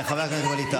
חבר הכנסת.